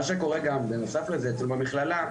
מה שקורה בנוסף לזה אצלנו במכללה,